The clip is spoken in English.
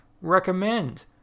recommend